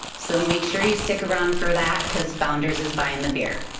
so make sure you stick around for that cause founders is buying the beer.